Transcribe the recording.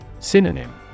Synonym